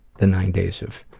the nine days of.